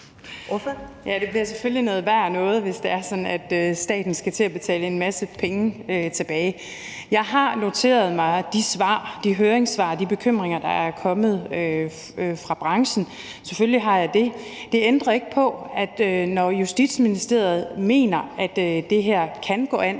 det bliver selvfølgelig noget værre noget, hvis det er sådan, at staten skal til at betale en masse penge tilbage. Jeg har noteret mig de høringssvar og bekymringer, der er kommet fra branchen. Selvfølgelig har jeg det. Det ændrer ikke på, at når Justitsministeriet mener, at det her kan gå an,